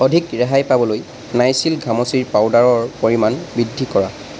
অধিক ৰেহাই পাবলৈ নাইচিল ঘামচিৰ পাউদাৰৰ পৰিমাণ বৃদ্ধি কৰা